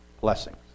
blessings